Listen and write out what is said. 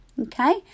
Okay